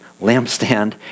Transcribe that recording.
lampstand